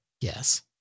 Yes